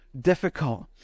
difficult